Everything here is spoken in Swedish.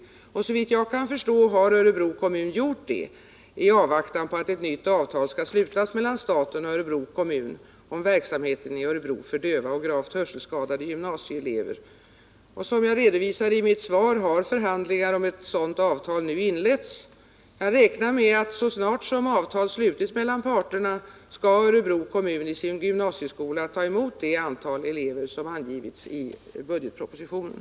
Såvitt jag kan förstå har Örebro kommun gjort detta i avvaktan på att ett nytt avtal skall slutas mellan staten och kommunen om verksamheten i Örebro för döva och gravt hörselskadade gymnasieelever. Som jag redovisat i mitt svar har förhandlingar om sådant avtal nu inletts. Jag räknar med att så snart avtal slutits mellan parterna skall Örebro kommun i sin gymnasieskola ta emot det antal elever som angivits i budgetpropositionen.